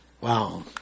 Wow